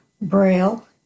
Braille